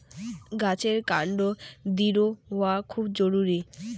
গাছের কান্ড দৃঢ় হওয়া খুব জরুরি